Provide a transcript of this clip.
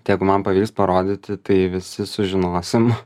tai jeigu man pavyks parodyti tai visi sužinosim